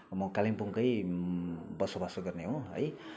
म कालिम्पोङकै बसोबासो गर्ने हो है